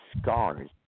scars